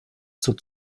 zur